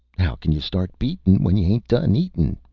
how can you start beatin', when you ain't done eatin'?